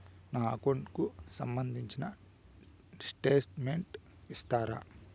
నా అకౌంట్ కు సంబంధించిన స్టేట్మెంట్స్ ఇస్తారా